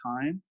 time